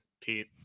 Pete